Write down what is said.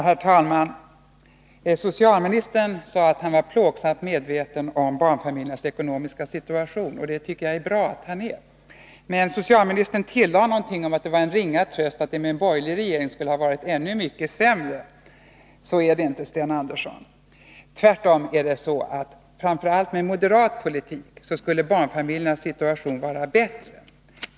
Herr talman! Socialministern sade att han var plågsamt medveten om barnfamiljernas ekonomiska situation. Det tycker jag är bra att han är. Men socialministern tillade att det var en ringa tröst att det med en borgerlig regering skulle ha varit ännu mycket sämre. Så är det inte, Sten Andersson. Tvärtom är det så att barnfamiljernas situation, framför allt med moderat politik, skulle ha varit bättre.